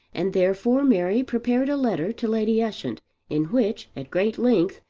and therefore mary prepared a letter to lady ushant in which, at great length,